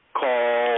call